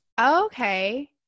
Okay